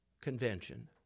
convention